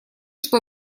что